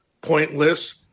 pointless